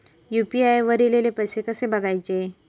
UPI वर ईलेले पैसे कसे बघायचे?